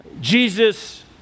Jesus